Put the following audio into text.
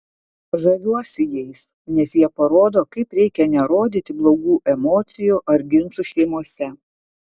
žaviuosi jais nes jie parodo kaip reikia nerodyti blogų emocijų ar ginčų šeimose